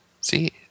see